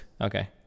Okay